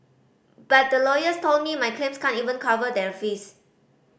but the lawyers told me my claims can't even cover their fees